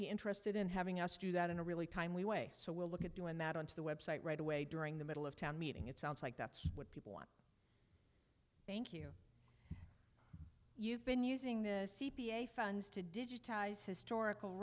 be interested in having us do that in a really time we way so we'll look at doing that on to the website right away during the middle of town meeting it sounds like that's what thank you you've been using the c p a funds to digitize historical